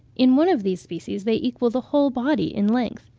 in one of the species, they equal the whole body in length.